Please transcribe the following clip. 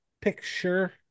picture